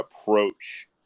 approach